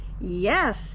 Yes